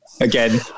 again